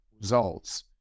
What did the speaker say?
Results